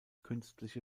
künstliche